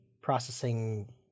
Processing